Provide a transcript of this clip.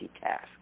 task